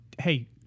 hey